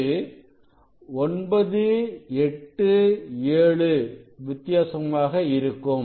இது 987 வித்தியாசமாகஇருக்கும்